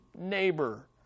neighbor